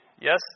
yes